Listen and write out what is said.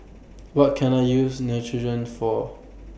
What Can I use Neutrogena For